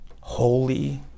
holy